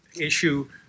issue